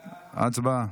הצבעה.